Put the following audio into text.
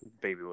Baby